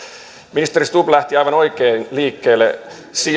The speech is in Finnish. ministeri stubb lähti aivan oikein liikkeelle